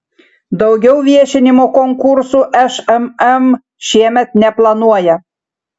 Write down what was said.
daugiau viešinimo konkursų šmm šiemet neplanuoja